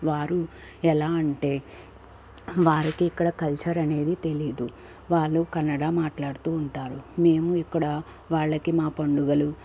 వారు ఎలా అంటే వారికి ఇక్కడ కల్చర్ అనేది తెలీదు వాళ్ళు కనడా మాట్లాడుతూ ఉంటారు మేము ఇక్కడ వాళ్లకి మా పండుగలు